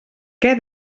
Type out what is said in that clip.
què